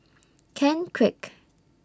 Ken Kwek